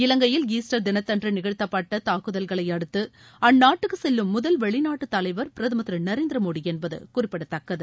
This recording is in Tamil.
இலங்கையில் ஈஸ்டர் தினத்தன்று திகழ்த்தப்பட்ட தாக்குதல்களையடுத்து அந்நாட்டுக்கு செல்லும் முதல் வெளிநாட்டு தலைவர் பிரதமர் திரு நரேந்திர மோடி என்பது குறிப்பிடத்தக்கது